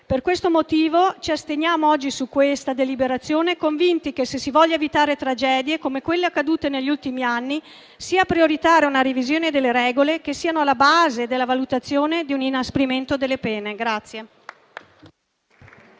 Per questo motivo, ci asteniamo oggi su questa deliberazione, convinti che, se si vogliono evitare tragedie come quelle accadute negli ultimi anni, sia prioritaria una revisione delle regole che sono alla base della valutazione di un inasprimento delle pene.